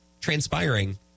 transpiring